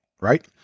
right